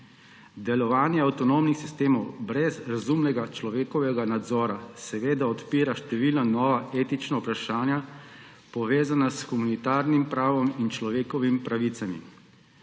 Delovanje avtonomnih sistemov brez razumnega človekovega nadzora seveda odpira nova številna etična vprašanja, povezana s humanitarnim pravom in človekovimi pravicami.